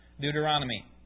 Deuteronomy